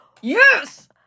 Yes